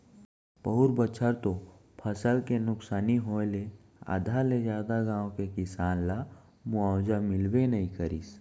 पउर बछर तो फसल के नुकसानी होय ले आधा ले जादा गाँव के किसान ल मुवावजा मिलबे नइ करिस